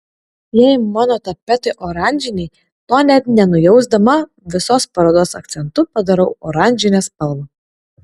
jei mano tapetai oranžiniai to net nenujausdama visos parodos akcentu padarau oranžinę spalvą